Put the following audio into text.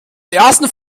ersten